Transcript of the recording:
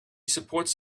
supports